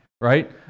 right